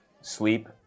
sleep